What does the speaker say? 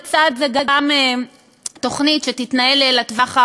לצד זה גם תוכנית שתתנהל לטווח הארוך,